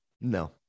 no